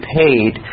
paid